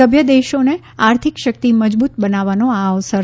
સભ્ય દેશોને આર્થિક શક્તિ મજબૂત બનાવવાનો આ અવસર છે